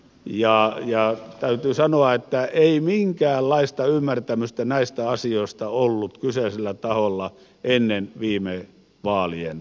ja täytyy sanoa että ei minkäänlaista ymmärtämystä näistä asioista ollut kyseisellä taholla ennen viime vaalien aikaa